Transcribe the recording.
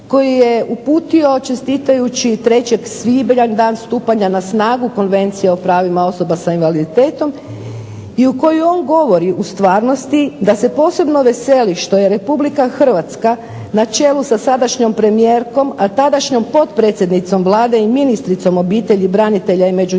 koji je uputio čestitajući 3. svibnja Dan stupanja na snagu Konvencije o pravima osoba sa invaliditetom i u kojoj on govori u stvarnosti da se posebno veseli što je Republika Hrvatska na čelu sa sadašnjom premijerkom, tadašnjom potpredsjednicom Vlade i ministricom obitelji, branitelja i međugeneracijske